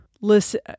listen